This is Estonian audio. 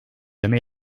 mulle